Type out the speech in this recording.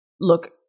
look